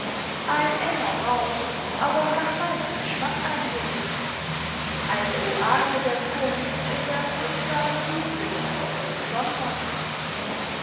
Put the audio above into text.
ein kleiner ort miss aber nach meinem eigenen geschmack eingerichtet eine oase der kunst in der heulenden wüste von süd london